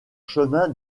chemins